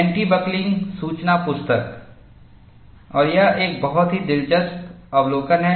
anti buckling सूचना पुस्तक और यह एक बहुत ही दिलचस्प अवलोकन है